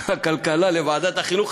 הכלכלה לוועדת החינוך.